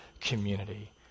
community